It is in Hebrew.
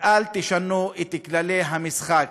ואל תשנו את כללי המשחק.